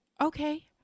Okay